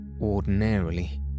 Ordinarily